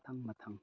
ꯃꯊꯪ ꯃꯊꯪ